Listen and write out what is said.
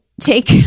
take